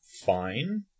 fine